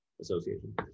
association